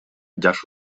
жаш